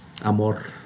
amor